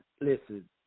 Listen